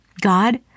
God